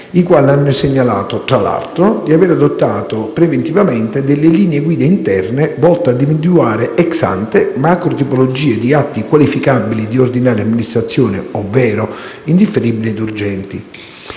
i quali hanno segnalato, tra l'altro, di aver adottato preventivamente delle linee guida interne volte a individuare *ex ante* macro tipologie di atti qualificabili di ordinaria amministrazione, ovvero indifferibili ed urgenti.